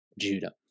Judah